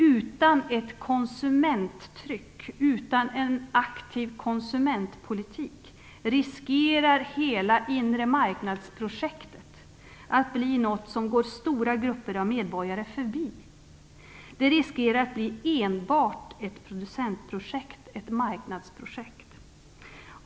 Utan ett konsumenttryck och utan en aktiv konsumentpolitik riskerar hela det inre marknadsprojektet att bli något som går stora grupper av medborgare förbi. Det riskerar att bli enbart ett producentprojekt, ett marknadsprojekt.